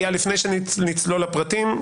אייל לפני שנצלול לפרטים,